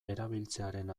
erabiltzearen